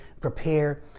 prepare